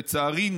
לצערי,